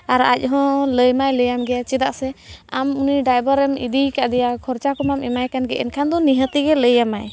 ᱟᱨ ᱟᱡ ᱦᱚᱸ ᱞᱟᱹᱭ ᱢᱟᱭ ᱞᱟᱹᱭᱟᱢ ᱜᱮᱭᱟ ᱪᱮᱫᱟᱜ ᱥᱮ ᱟᱢ ᱩᱱᱤ ᱰᱟᱭᱵᱷᱟᱨ ᱮᱢ ᱤᱫᱤ ᱠᱟᱫᱮᱭᱟ ᱠᱷᱚᱨᱪᱟ ᱠᱚᱢᱟᱢ ᱮᱢᱟᱭ ᱠᱟᱱᱜᱮ ᱮᱱᱠᱷᱟᱱ ᱫᱚ ᱱᱤᱦᱟᱹᱛ ᱜᱮ ᱞᱟᱹᱭ ᱟᱢᱟᱭ